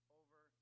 over